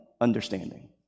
understanding